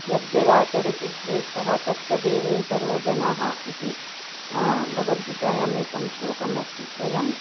यद्यदाचरतिश्रेष्ठः तत्तत् देवेतरोजनः इति भगवद्गीतायाम् एकं श्लोकम् अस्ति वयम्